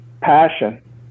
passion